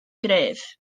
gref